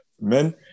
men